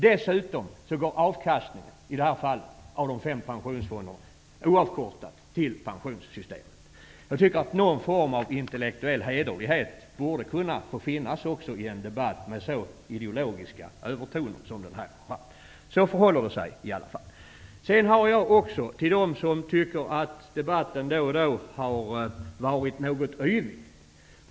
Dessutom går avkastningen av de fem pensionsfonderna oavkortat till pensionssystemet. Jag tycker att någon form av intellektuell hederlighet borde kunna få finnas också i en debatt med så ideologiska övertoner som denna. Så förhåller det sig i varje fall. Jag hör till dem som anser att debatten då och då har varit något yvig.